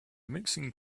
mixing